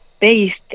based